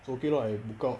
so okay lor I book out